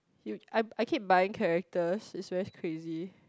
you I I keep buying characters it's very crazy